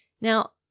Now